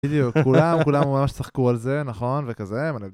כולם כולם, ממש צחקו על זה נכון וכזה